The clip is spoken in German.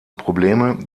probleme